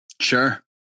Sure